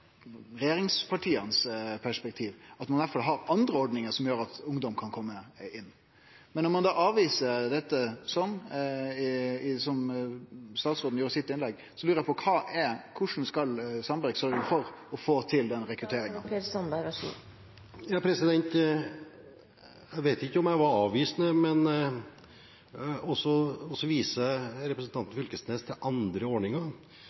har andre ordningar som gjer at ungdom kan kome inn. Men når ein då avviser dette, som statsråden gjorde i innlegget sitt, lurer eg på korleis Sandberg skal sørgje for å få til denne rekrutteringa. Jeg vet ikke om jeg var avvisende. Representanten Knag Fylkesnes viser til andre ordninger.